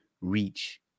reach